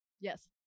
Yes